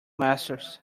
masters